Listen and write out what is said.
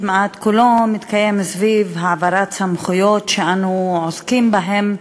כמעט כולו מתקיים סביב העברת סמכויות שאנו עוסקים בהן,